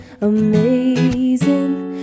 amazing